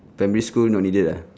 primary school not needed lah